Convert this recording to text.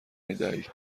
میدهید